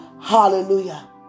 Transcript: Hallelujah